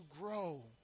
grow